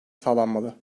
sağlanmalı